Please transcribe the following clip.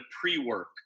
pre-work